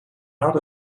not